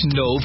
no